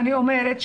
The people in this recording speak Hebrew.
אני אומרת,